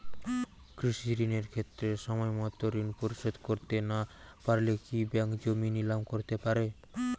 কৃষিঋণের ক্ষেত্রে সময়মত ঋণ পরিশোধ করতে না পারলে কি ব্যাঙ্ক জমি নিলাম করতে পারে?